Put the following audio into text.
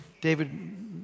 David